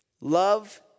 love